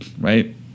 right